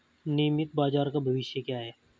नियमित बाजार का भविष्य क्या है?